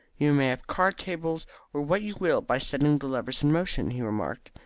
you may have card-tables or what you will by setting the levers in motion, he remarked.